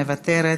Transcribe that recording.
מוותרת,